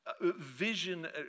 Vision